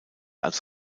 als